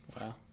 Wow